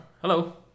hello